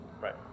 Right